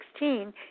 2016